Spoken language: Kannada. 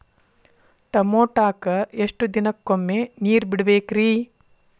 ಟಮೋಟಾಕ ಎಷ್ಟು ದಿನಕ್ಕೊಮ್ಮೆ ನೇರ ಬಿಡಬೇಕ್ರೇ?